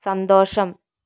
സന്തോഷം